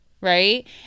Right